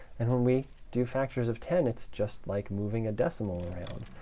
and when we do factors of ten, it's just like moving a decimal around.